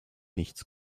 nichts